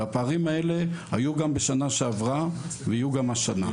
הפערים האלה היו גם בשנה שעברה ויהיו גם השנה.